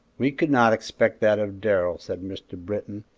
we could not expect that of darrell, said mr. britton.